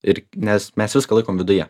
ir nes mes viską laikom viduje